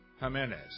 Jimenez